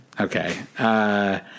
Okay